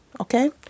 okay